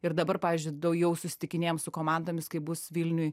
ir dabar pavyzdžiui jau susitikinėjam su komandomis kai bus vilniuj